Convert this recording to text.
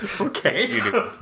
Okay